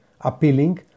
appealing